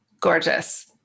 gorgeous